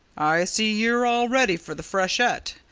i see you're all ready for the freshet!